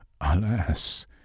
Alas